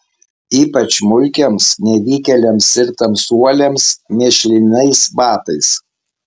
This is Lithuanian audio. ypač mulkiams nevykėliams ir tamsuoliams mėšlinais batais